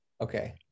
Okay